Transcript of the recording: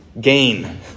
gain